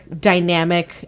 dynamic